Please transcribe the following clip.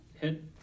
hit